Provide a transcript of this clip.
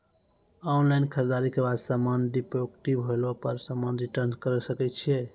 Online खरीददारी के बाद समान डिफेक्टिव होला पर समान रिटर्न्स करे सकय छियै?